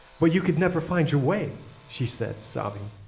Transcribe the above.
but you could never find your way, she said, sobbing.